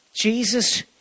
Jesus